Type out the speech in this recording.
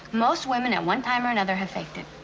most women at one time or another have faked it.